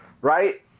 Right